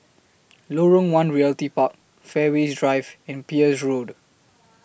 Lorong one Realty Park Fairways Drive and Peirce Road